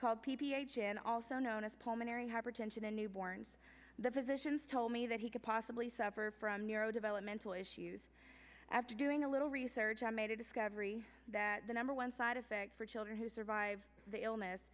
called p p h and also known as pulmonary hypertension in newborns the physicians told me that he could possibly suffer from neuro developmental issues after doing a little research i made a discovery that the number one side effect for children who survive the illness